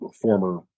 former